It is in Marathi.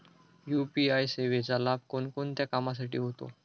यू.पी.आय सेवेचा लाभ कोणकोणत्या कामासाठी होतो?